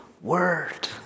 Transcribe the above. Word